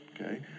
okay